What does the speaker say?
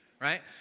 right